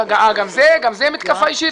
גם זו מתקפה אישית,